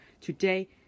today